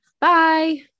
Bye